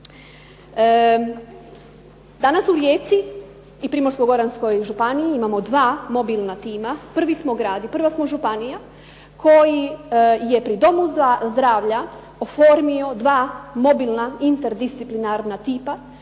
Danas u Rijeci i Primorsko-goranskoj županiji imamo dva mobilna tima. Prvi smo grad i prva smo županija koji je pri domu zdravlja oformio dva mobilna interdisciplinarna tipa